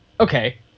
okay